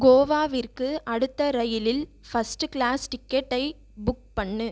கோவாவிற்கு அடுத்த ரயிலில் first class டிக்கெட்டை புக் பண்ணு